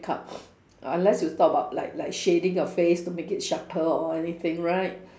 makeup unless you talk about like like shading your face to make it sharper or anything right